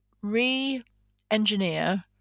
re-engineer